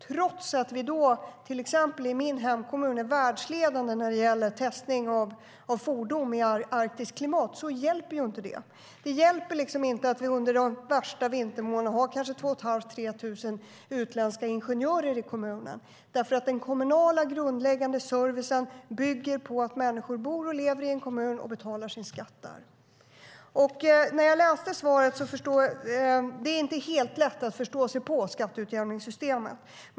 Trots att vi i till exempel min hemkommun är världsledande när det gäller testning av fordon i arktiskt klimat hjälper det inte. Det hjälper inte att vi under de värsta vintermånaderna har 2 500-3 000 utländska ingenjörer i kommunen, därför att den kommunala grundläggande servicen bygger på att människor bor och lever i en kommun och betalar sin skatt där. Det är inte helt lätt att förstå sig på skatteutjämningssystemet.